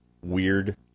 weird